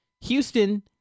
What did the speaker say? Houston